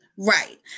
Right